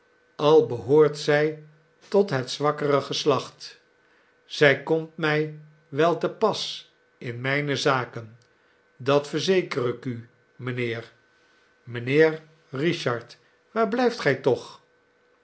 al behoort zij tot het zwakkere geslacht zij komt mij wel te pas in mijne zaken dat verzeker ik u mynheer mijnheer richard waar blijft gij toch